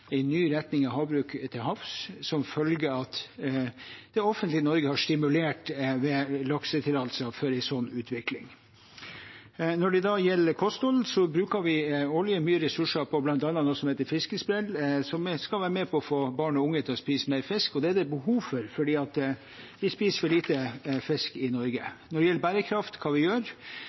ny retning i havbruk til havs, som følge av at det offentlige Norge har stimulert for en sånn utvikling med laksetillatelser. Når det gjelder kosthold, bruker vi årlig mye ressurser på bl.a. noe som heter Fiskesprell, som skal være med på å få barn- og unge til å spise mer fisk. Og det er det behov for, for vi spiser for lite fisk i Norge. Når det gjelder hva vi gjør knyttet til bærekraft,